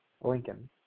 Lincoln